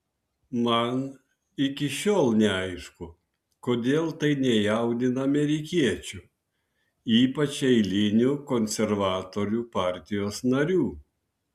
man iki šiol neaišku kodėl tai nejaudina amerikiečių ypač eilinių konservatorių partijos narių